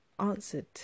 answered